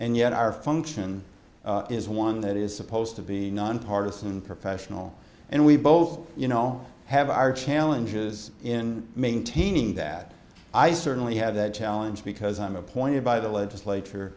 and yet our function is one that is supposed to be nonpartisan and professional and we both you know have our challenges in maintaining that i certainly have that challenge because i'm appointed by the legislature